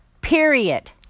period